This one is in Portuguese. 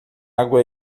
água